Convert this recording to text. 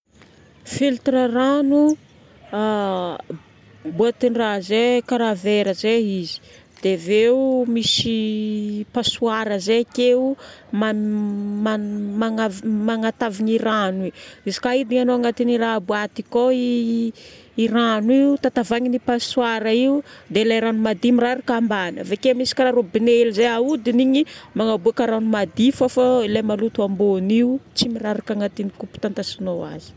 Filtre rano, boatin-draha zay karaha vera zay izy. Dia aveo misy passoir zay akeo man- man- manav- magnatavagna i rano igny. Izy ka hidignao agnaty raha boaty akao i rano io, tantavagnin'i passoir io, dia lay rano madio miraraka ambany. Avake misy karaha robinet hely zay ahodigna igny magnaboaka rano madio fa fô ilay maloto ambony io tsy miraraka agnatin'ny kopy itatazanao azy.